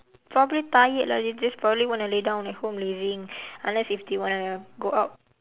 probably tired lah they just probably want to lay down at home lazing unless if they want to go out